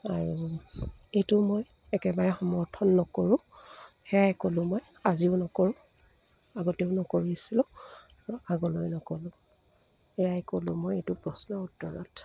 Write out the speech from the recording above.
আৰু এইটো মই একেবাৰে সমৰ্থন নকৰোঁ সেয়াই ক'লোঁ মই আজিও নকৰোঁ আগতেও নকৰিছিলোঁ আগলৈ নক'ৰোঁ সেয়াই ক'লোঁ মই এইটো প্ৰশ্নৰ উত্তৰত